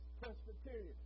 Presbyterian